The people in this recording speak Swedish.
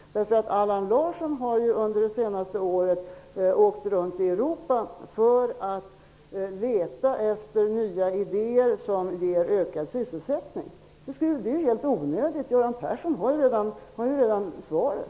Allan Larsson har under det senaste året rest runt i Europa för att söka efter nya idéer som ger ökad sysselsättning. Det var ju helt onödigt, eftersom Göran Persson redan har svaret.